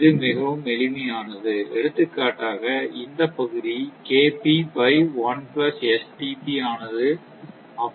இது மிகவும் எளிமையானது எடுத்துக்காட்டாக இந்த பகுதி ஆனது அப்படியே இருக்கும்